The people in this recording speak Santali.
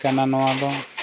ᱠᱟᱱᱟ ᱱᱚᱣᱟ ᱫᱚ